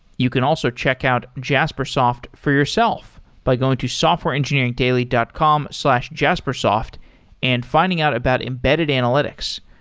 you can also check out jaspersoft for yourself by going to softwareengineeringdaily dot com slash jaspersoft and finding out about embedded analytics.